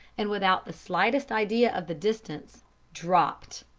and without the slightest idea of the distance dropped!